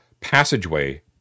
passageway